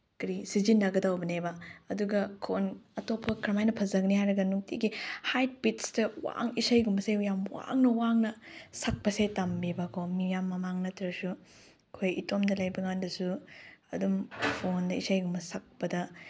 ꯀꯔꯤ ꯁꯤꯖꯤꯟꯅꯒꯗꯧꯕꯅꯦꯕ ꯑꯗꯨꯒ ꯈꯣꯟ ꯑꯇꯣꯞꯄ ꯀꯔꯃꯥꯏꯅ ꯐꯖꯍꯟꯒꯦ ꯍꯥꯏꯔꯒ ꯅꯨꯡꯇꯤꯒꯤ ꯍꯥꯏ ꯄꯤꯠꯁꯇ ꯏꯁꯩꯒꯨꯝꯕꯁꯦ ꯌꯥꯝ ꯋꯥꯡꯅ ꯋꯥꯡꯅ ꯁꯛꯄꯁꯦ ꯇꯝꯃꯦꯕꯀꯣ ꯃꯤꯌꯥꯝ ꯃꯃꯥꯡ ꯅꯠꯇ꯭ꯔꯁꯨ ꯑꯩꯈꯣꯏ ꯏꯇꯣꯝꯇ ꯂꯩꯕꯀꯥꯟꯗꯁꯨ ꯑꯗꯨꯝ ꯐꯣꯟꯗ ꯏꯁꯩꯒꯨꯝꯕ ꯁꯛꯄꯗ